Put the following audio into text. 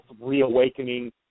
reawakening